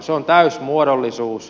se on täysi muodollisuus